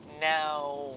now